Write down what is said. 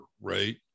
right